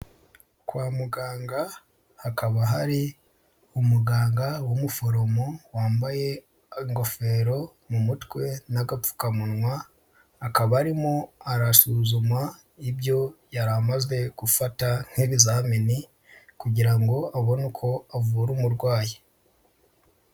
Kwa muganga hakaba hari umuganga w'umuforomo wambaye ingofero mu mutwe n'agapfukamunwa, akaba arimo arasuzuma ibyo yari amaze gufata nk'ibizamini kugira ngo abone uko avura umurwayi.